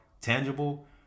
tangible